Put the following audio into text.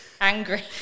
angry